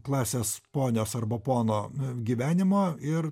klasės ponios arba pono gyvenimo ir